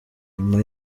nyuma